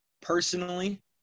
personally